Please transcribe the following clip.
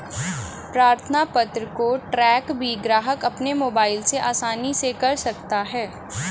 प्रार्थना पत्र को ट्रैक भी ग्राहक अपने मोबाइल से आसानी से कर सकता है